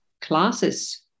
classes